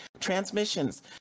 transmissions